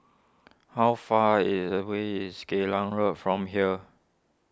how far is away is Geylang Road from here